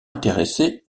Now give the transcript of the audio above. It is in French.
intéressé